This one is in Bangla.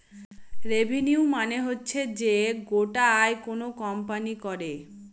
রেভিনিউ মানে হচ্ছে যে গোটা আয় কোনো কোম্পানি করে